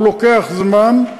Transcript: הוא לוקח זמן,